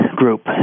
group